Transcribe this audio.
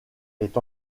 est